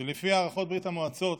שלפי ההערכות ברית המועצות